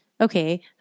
okay